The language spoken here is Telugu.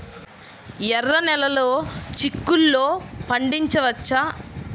ఎర్ర నెలలో చిక్కుల్లో పండించవచ్చా?